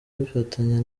abifatanya